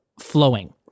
flowing